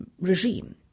regime